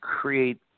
create